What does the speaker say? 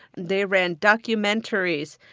they ran documentaries,